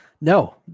No